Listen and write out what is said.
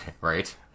Right